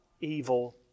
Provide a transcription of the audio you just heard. evil